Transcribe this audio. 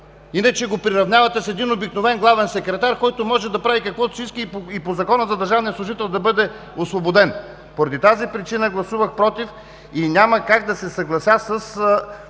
Иначе го приравнявате с един обикновен главен секретар, който може да прави каквото си иска, и по Закона за държавния служител да бъде освободен. Поради тази причина гласувах против и няма как да се съглася с